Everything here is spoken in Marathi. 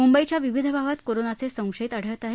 मुंबईच्या विविध भागात कोरोनाचे संशयित आढळत आहेत